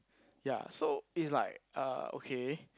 ya so it's like uh okay